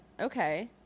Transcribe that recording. okay